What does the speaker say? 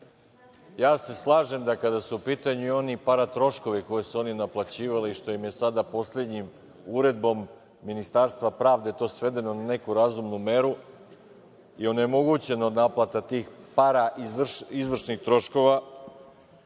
ja se slažem da kada su u pitanju oni paratroškovi koje su oni naplaćivali, što im je sada poslednjom uredbom Ministarstva pravde to svedeno na neku razumnu meru i onemogućena naplata tih izvršnih paratroškova,